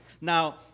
now